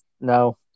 no